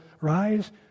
rise